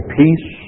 peace